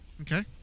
Okay